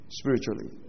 spiritually